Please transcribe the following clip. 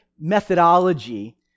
methodology